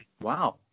wow